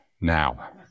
now